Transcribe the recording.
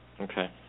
Okay